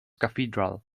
cathedral